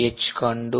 H കണ്ടു